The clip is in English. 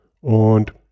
Und